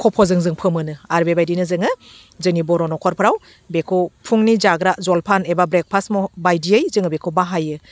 खफ'जों जों फोमोनो आरो बेबायदिनो जोङो जोंनि बर' नखरफ्राव बेखौ फुंनि जाग्रा जलफान एबा ब्रेगफास मह बायदियै जोङो बेखौ बाहायो